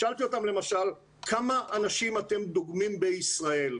שאלתי אותם למשל כמה אנשים הם דוגמים בישראל,